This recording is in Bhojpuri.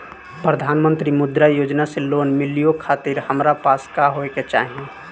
प्रधानमंत्री मुद्रा योजना से लोन मिलोए खातिर हमरा पास का होए के चाही?